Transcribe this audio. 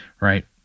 right